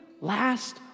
last